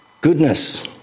goodness